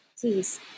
Please